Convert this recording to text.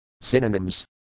Synonyms